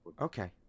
Okay